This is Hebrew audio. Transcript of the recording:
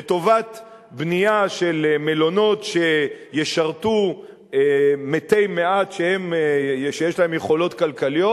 לטובת בנייה של מלונות שישרתו מתי מעט שיש להם יכולת כלכלית,